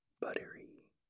buttery